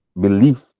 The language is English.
Belief